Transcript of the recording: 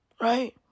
Right